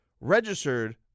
registered